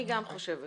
גם אני חושבת כך.